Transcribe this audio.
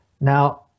now